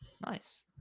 nice